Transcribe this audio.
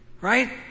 Right